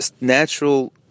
natural